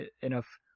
enough